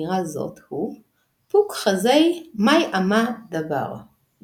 במקרים אלה מנהג העם הוא מקור חזק יותר מסברא,